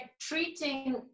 treating